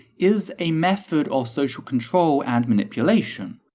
is a method of social control and manipulation.